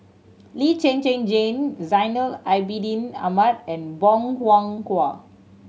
Lee Zhen Zhen Jane Zainal Abidin Ahmad and Bong Hiong Hwa